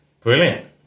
Brilliant